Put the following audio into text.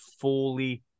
fully